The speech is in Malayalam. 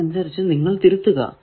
അതിനനുസരിച്ചു നിങ്ങൾ തിരുത്തുക